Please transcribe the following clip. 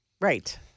Right